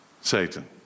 Satan